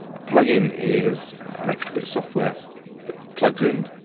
a plugin is an extra bit of software that plugs in.